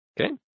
Okay